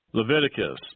Leviticus